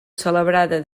celebrada